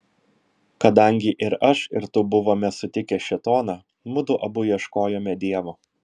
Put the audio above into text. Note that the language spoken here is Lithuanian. kadangi ir aš ir tu buvome sutikę šėtoną mudu abu ieškojome dievo